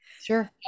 Sure